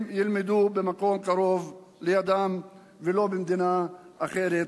ילמדו במקום קרוב לידם ולא במדינה אחרת,